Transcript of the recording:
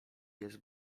jest